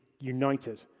united